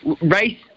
Race